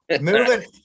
Moving